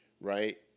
Right